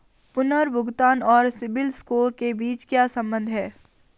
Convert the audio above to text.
पुनर्भुगतान और CIBIL score के बीच क्या संबंध है?